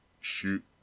shoot